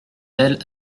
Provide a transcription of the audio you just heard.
belle